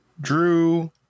Drew